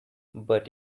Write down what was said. but